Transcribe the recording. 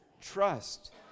trust